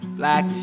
black